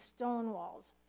stonewalls